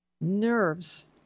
nerves